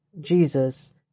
Jesus